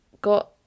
got